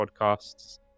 podcasts